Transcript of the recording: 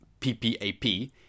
PPAP